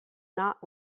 not